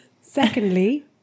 Secondly